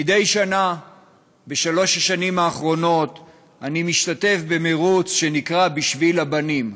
מדי שנה בשלוש השנים האחרונות אני משתתף במירוץ שנקרא "בשביל הבנים",